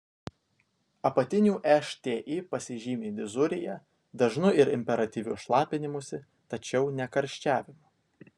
apatinių šti pasižymi dizurija dažnu ir imperatyviu šlapinimusi tačiau ne karščiavimu